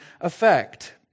effect